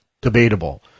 debatable